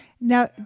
Now